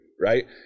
right